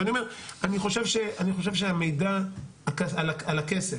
אבל אני אומר, אני חושב שהמידע על הכסף